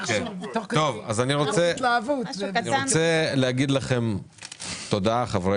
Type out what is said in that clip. טוב, אז אני רוצה להגיד לכם תודה, חברי